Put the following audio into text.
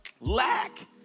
lack